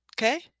Okay